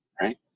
right